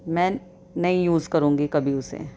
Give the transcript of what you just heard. میں نہیں یوز کروں گی کبھی اسے